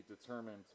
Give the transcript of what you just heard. determined